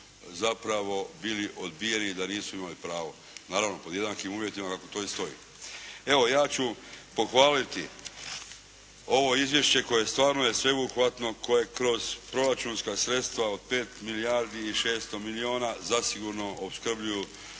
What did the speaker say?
zapravo bili odbijeni da nisu imali pravo, naravno pod jednakim uvjetima kako to i stoji. Evo ja ću pohvaliti ovo izvješće koje stvarno je sveobuhvatno, koje kroz proračunska sredstva od 5 milijardi i 600 milijuna zasigurno opskrbljuju